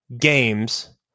games